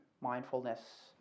mindfulness